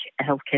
healthcare